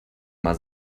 mal